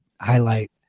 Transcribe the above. highlight